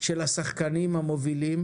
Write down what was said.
של השחקנים המובילים